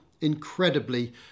incredibly